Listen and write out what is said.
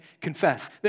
confess